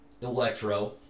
Electro